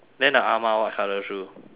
then the ah ma what colour shoe